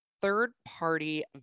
third-party